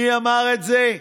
מי אמר את זה?